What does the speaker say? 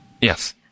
Yes